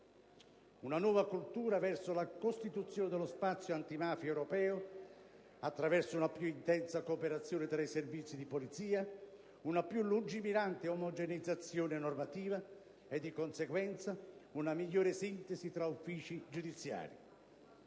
Una nuova cultura verso la costituzione dello spazio antimafia europeo, attraverso una più intensa cooperazione tra i servizi di polizia, una più lungimirante omogeneizzazione normativa e, di conseguenza, una migliore sintesi tra uffici giudiziari.